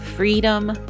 freedom